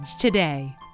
today